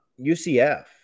UCF